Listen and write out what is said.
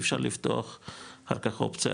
אי אפשר לפתוח חזרה,